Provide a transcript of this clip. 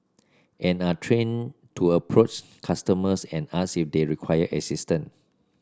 and are trained to approach customers and ask if they require assistance